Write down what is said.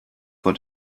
vor